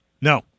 No